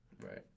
Right